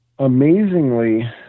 Amazingly